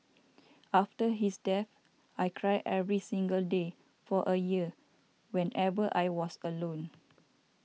after his death I cried every single day for a year whenever I was alone